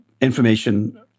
information